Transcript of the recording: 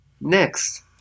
Next